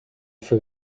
für